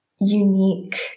unique